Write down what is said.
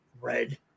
Red